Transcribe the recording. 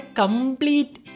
complete